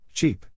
Cheap